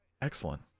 Excellent